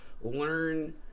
learn